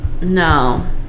No